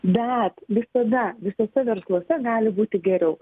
bet visada visuose versluose gali būti geriau